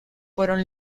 fueron